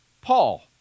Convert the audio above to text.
Paul